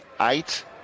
eight